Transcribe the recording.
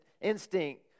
instinct